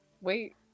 wait